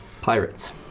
Pirates